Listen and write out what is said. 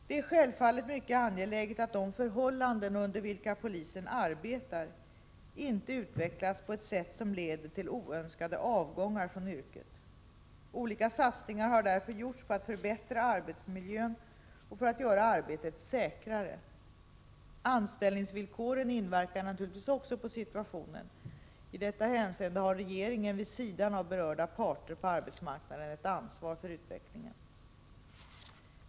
Det är självfallet mycket angeläget att de förhållanden under vilka polisen arbetar inte utvecklas på ett sätt som leder till oönskade avgångar från yrket. Olika satsningar har därför gjorts på att förbättra arbetsmiljön och för att göra arbetet säkrare. Anställningsvillkoren inverkar naturligtvis också på situationen. I detta hänseende har regeringen vid sidan av berörda parter på arbetsmarknaden ett ansvar för utvecklingen.